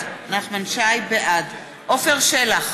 בעד עפר שלח,